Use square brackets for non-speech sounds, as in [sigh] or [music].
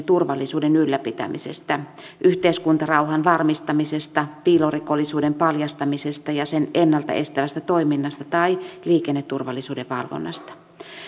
[unintelligible] turvallisuuden ylläpitämisestä yhteiskuntarauhan varmistamisesta piilorikollisuuden paljastamisesta ja sitä ennalta estävästä toiminnasta tai liikenneturvallisuuden valvonnasta